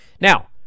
now